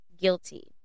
guilty